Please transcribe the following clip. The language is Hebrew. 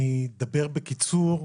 אני אדבר בקיצור.